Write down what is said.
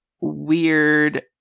weird